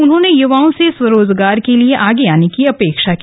उन्होंने युवाओं से स्वरोजगार के लिए आगे आने की अपेक्षा की